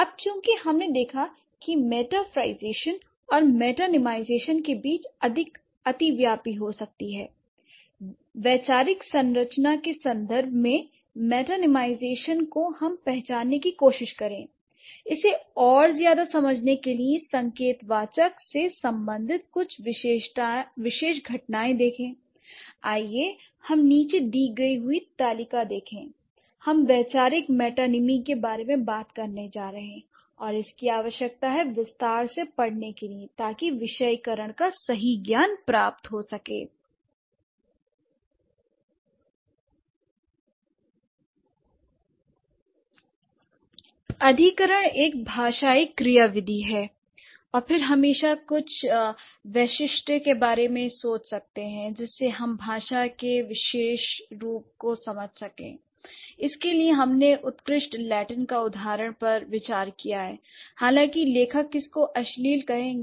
अब चूंकि हमने देखा है कि मेटाफरईजेशन और मेटानीमाईजेशन के बीच अधिक अतिव्यापी हो सकती है वैचारिक संरचना के संदर्भ में मेटानीमाईजेशन को हम पहचानने की कोशिश करें l इसे और ज्यादा समझने के लिए संकेतवाचक से सम्बंधित कुछ विशेष घटनाएँ देखें l आइए हम नीचे दी गई हुई तालिका देखते हैं l हम वैचारिक मेटानीमी के बारे में बात करने जा रहे हैं और इसकी आवश्यकता है विस्तार से पढ़ने के लिए ताकि विषयीकरण का सही ज्ञान प्राप्त हो l अधिकरण एक भाषाई क्रियाविधि है और फिर हम हमेशा कुछ वैशिष्ट्य के बारे में सोच सकते है जिससे हम भाषा को विशेष रूप से समझ सके l इसके लिए हमने उत्कृष्ट लैटिन के उदाहरण पर विचार किया है हालांकि लेखक इसको अश्लील कहेंगे